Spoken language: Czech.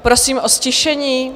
Prosím o ztišení.